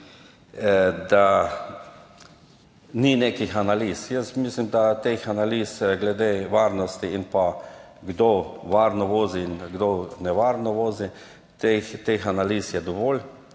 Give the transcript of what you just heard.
da ni nekih analiz, mislim, da je teh analiz glede varnosti in pa kdo varno vozi in kdo nevarno vozi, dovolj